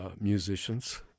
musicians